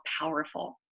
powerful